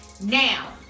Now